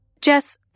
Jess